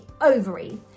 ovary